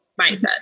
mindset